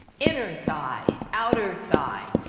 inner thighs, outter thighs,